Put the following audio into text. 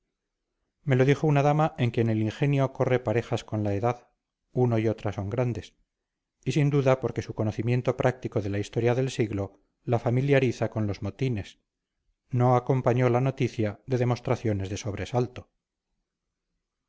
me lo dijo una dama en quien el ingenio corre parejas con la edad uno y otra son grandes y sin duda porque su conocimiento práctico de la historia del siglo la familiariza con los motines no acompañó la noticia de demostraciones de sobresalto